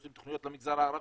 עושים תוכניות למגזר הערבי,